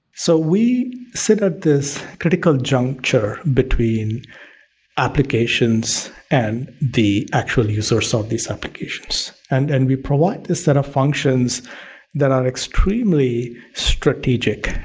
so, we sit at this critical juncture between applications and the actual users so of these applications and and we provide this set of functions that are extremely strategic.